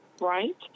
right